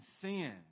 sin